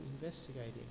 investigating